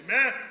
Amen